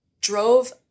drove